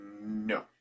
no